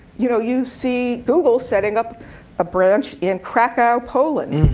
you know you see google setting up a branch in krakow, poland.